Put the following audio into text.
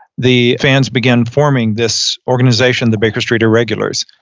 the fans began forming this organization, the baker street irregulars,